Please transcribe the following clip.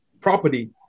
property